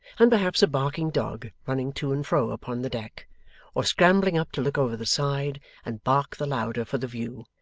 and perhaps a barking dog running to and fro upon the deck or scrambling up to look over the side and bark the louder for the view.